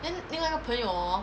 then 另外一个朋友 hor